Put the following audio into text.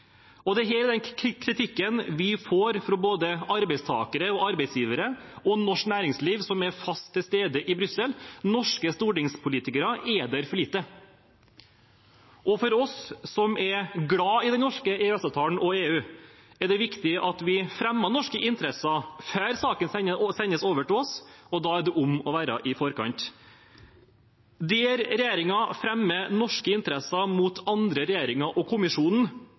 er den kritikken vi får fra både arbeidstakere og arbeidsgivere og norsk næringsliv som er fast til stede i Brussel. Norske stortingspolitikere er der for lite. For oss som er glad i den norske EØS-avtalen og EU, er det viktig at vi fremmer norske interesser før saken sendes over til oss. Da er det om å gjøre å være i forkant. Der regjeringen fremmer norske interesser mot andre regjeringer og kommisjonen,